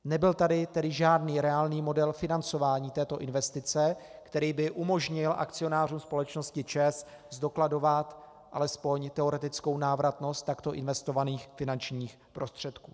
Nebyl tady tedy žádný reálný model financování této investice, který by umožnil akcionářům společnosti ČEZ zdokladovat alespoň teoretickou návratnost takto investovaných finančních prostředků.